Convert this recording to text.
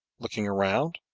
looking round.